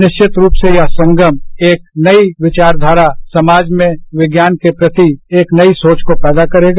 निश्चित रूप से यह संगम एक नई विचारधारा समाज में विज्ञान के प्रति एक नई सोच को पैदा करेगा